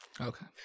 Okay